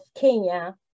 Kenya